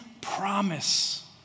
promise